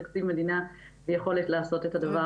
תקציב מדינה ויכולת לעשות את הדבר הזה.